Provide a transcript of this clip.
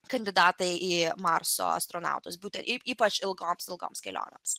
kandidatai į marso astronautus būtų ypač ilgoms ilgoms kelionėms